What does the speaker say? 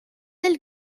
del